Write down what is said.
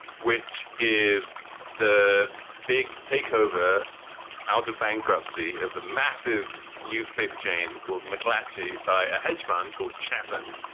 which is the big takeover out of bankruptcy of a massive newspaper chain called mcclatchey by a hedge fund called chatham.